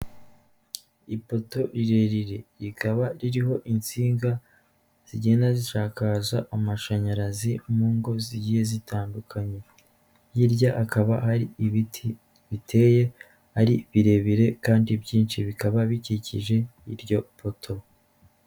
Ipoto rirerire, rikaba ririho insinga zigenda zisakaza amashanyarazi mu ngo zigiye zitandukanye, hirya hakaba hari ibiti biteye ari birebire kandi byinshi bikaba bikikije iryo poto.